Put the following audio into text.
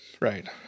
right